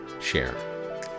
share